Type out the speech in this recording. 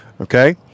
Okay